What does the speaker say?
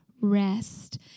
Rest